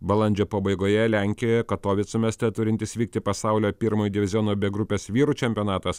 balandžio pabaigoje lenkijoje katovicų mieste turintis vykti pasaulio pirmojo diviziono b grupės vyrų čempionatas